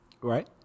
Right